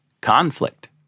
Conflict